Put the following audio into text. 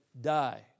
die